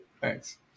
Thanks